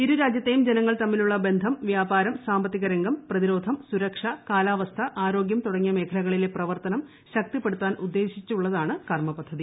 ഇരു രാജ്യത്തെയും ജനങ്ങൾ തമ്മിലുള്ള ബന്ധം വ്യാപാരം സാമ്പത്തിക രംഗം പ്രതിരോധം സുരക്ഷ കാലാവസ്ഥ ആരോഗ്യം തുടങ്ങിയ മേഖലകളിലെ പ്രവർത്തനം ശക്തിപ്പെടുത്താനുദ്ദേശിച്ചുള്ളതാണ് കർമ്മപദ്ധതി